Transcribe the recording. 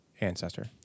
ancestor